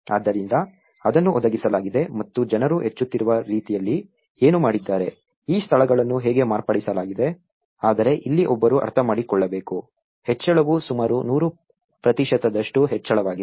ಆದ್ದರಿಂದ ಅದನ್ನು ಒದಗಿಸಲಾಗಿದೆ ಮತ್ತು ಜನರು ಹೆಚ್ಚುತ್ತಿರುವ ರೀತಿಯಲ್ಲಿ ಏನು ಮಾಡಿದ್ದಾರೆ ಈ ಸ್ಥಳಗಳನ್ನು ಹೇಗೆ ಮಾರ್ಪಡಿಸಲಾಗಿದೆ ಆದರೆ ಇಲ್ಲಿ ಒಬ್ಬರು ಅರ್ಥಮಾಡಿಕೊಳ್ಳಬೇಕು ಹೆಚ್ಚಳವು ಸುಮಾರು 100 ಪ್ರತಿಶತದಷ್ಟು ಹೆಚ್ಚಳವಾಗಿದೆ